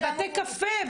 בבתי קפה,